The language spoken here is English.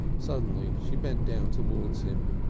suddenly she bent down towards him.